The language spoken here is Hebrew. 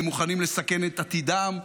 הם מוכנים לסכן את עתידם.